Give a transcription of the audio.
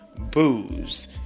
booze